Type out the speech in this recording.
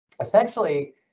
essentially